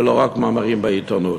ולא רק מאמרים בעיתונות.